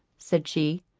said she.